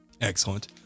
Excellent